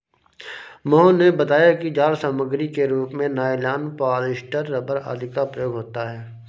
मोहन ने बताया कि जाल सामग्री के रूप में नाइलॉन, पॉलीस्टर, रबर आदि का प्रयोग होता है